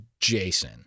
Jason